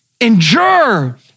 endure